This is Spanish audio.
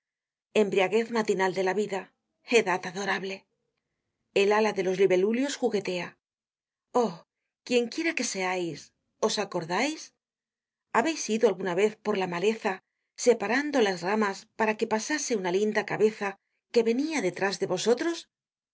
embriaguez matinal de la vida edad adorable el ala de los libelulios juguetea oh quien quiera que seais os acordais habeis ido alguna vez por la maleza separando las ramas para que pasase una linda cabeza que venia detrás de vosotros